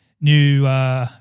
new